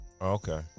Okay